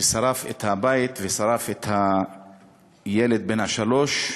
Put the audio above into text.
ששרף את הבית ושרף את הילד בן השלוש.